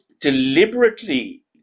deliberately